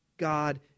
God